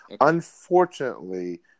Unfortunately